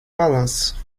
balanço